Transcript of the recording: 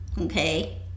okay